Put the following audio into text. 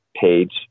page